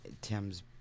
Tim's